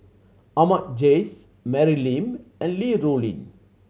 Ahmad Jais Mary Lim and Li Rulin